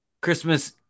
Christmas